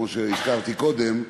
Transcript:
כמו שהזכרתי קודם,